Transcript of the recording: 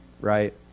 right